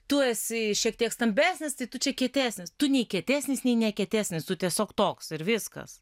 tu esi šiek tiek stambesnis tai tu čia kietesnis tu nei kietesnis nei ne kietesnis o tiesiog toks ir viskas